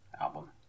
album